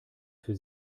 für